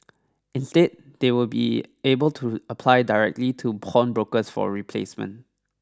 instead they will be able to apply directly to pawnbrokers for a replacement